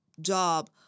job